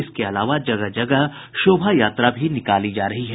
इसके अलावा जगह जगह शोभा यात्रा भी निकाली जा रही है